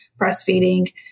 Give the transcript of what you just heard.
breastfeeding